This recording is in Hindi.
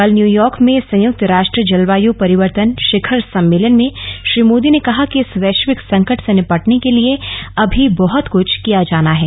कल न्यूयॉर्क में संयक्त राष्ट्र जलवाय परिवर्तन शिखर सम्मेलन में श्री मोदी ने कहा कि इस वैश्विक संकट से निपटने के लिए अमी बहत कुछ किया जाना है